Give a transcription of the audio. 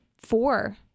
four